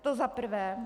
To za prvé.